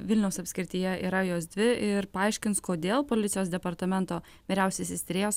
vilniaus apskrityje yra jos dvi ir paaiškins kodėl policijos departamento vyriausiasis tyrėjas